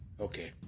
okay